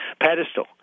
pedestal